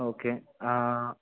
okay ആ